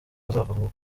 bazava